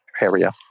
area